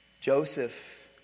Joseph